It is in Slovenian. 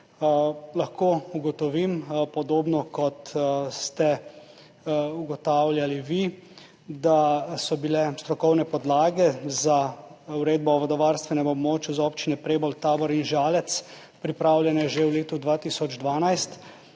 Lahko ugotovim podobno, kot ste ugotavljali vi, da so bile strokovne podlage za uredbo o vodovarstvenem območju za občine Prebold, Tabor in Žalec pripravljene že v letu 2012